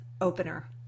opener